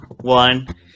one